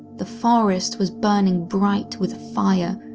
the forest was burning bright with fire,